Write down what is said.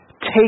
take